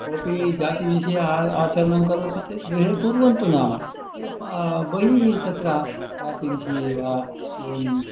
कोपि जातिविषये आचरणं करोति चेत् गृहे कुर्वन्तु नाम बहिः तत्र जातिविषये वा एवं